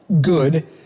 good